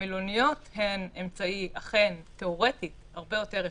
המלוניות הן אמצעי אכן תיאורטי הרבה יותר אפקטיבי,